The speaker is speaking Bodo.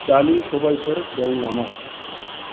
दालि सबायफोर दं नामा